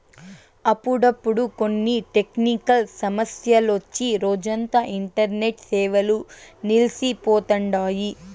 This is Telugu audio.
అప్పుడప్పుడు కొన్ని టెక్నికల్ సమస్యలొచ్చి రోజంతా ఇంటర్నెట్ సేవలు నిల్సి పోతండాయి